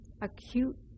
acute